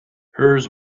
hers